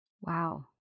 Wow